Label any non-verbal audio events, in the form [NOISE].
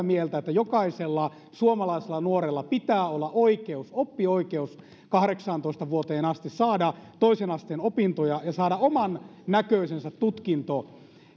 [UNINTELLIGIBLE] mieltä että jokaisella suomalaisella nuorella pitää olla oppioikeus kahdeksaantoista vuoteen asti saada toisen asteen opintoja ja saada oman näköisensä tutkinto